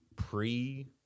Pre